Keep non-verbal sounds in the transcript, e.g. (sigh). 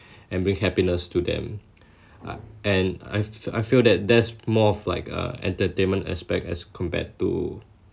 and bring happiness to them (breath) uh and I I feel that that's more of like a entertainment aspect as compared to